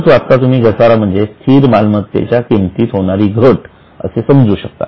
परंतु आत्ता तुम्ही घसारा म्हणजे स्थिर मालमत्तेच्या किमतीत होणारी घट असे समजू शकता